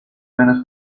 menos